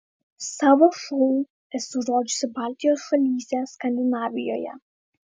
savo šou esu rodžiusi baltijos šalyse skandinavijoje